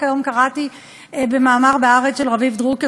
רק היום קראתי במאמר ב"הארץ" של רביב דרוקר,